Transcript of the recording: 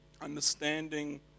understanding